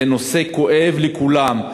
זה נושא כואב לכולם.